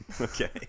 okay